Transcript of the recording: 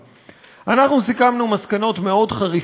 אנחנו הגענו למסקנות מאוד חריפות וחדות,